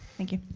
thank you.